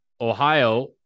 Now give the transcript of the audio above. Ohio